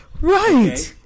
Right